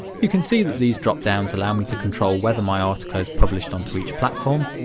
you can see that these dropdowns allow me to control whether my article is published onto each platform,